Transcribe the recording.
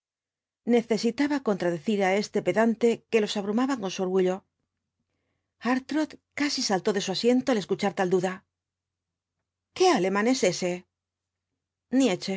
necesitaba contradecir á este pedante que los abrumaba con su orgullo hartrott casi saltó de su asiento al escuchar tal duda qué alemán es ese